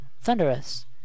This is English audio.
Thunderous